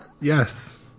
yes